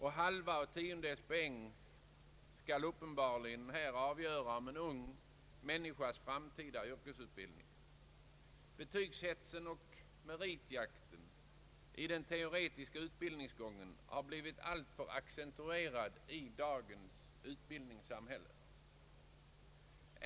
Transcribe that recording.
Halva och tiondels poäng skall uppenbarligen avgöra en ung människas framtida yrkesutbildning. Betygshetsen och meritjakten i den teoretiska utbildningsgången har blivit alltför accentuerade i dagens utbildningssamhälle.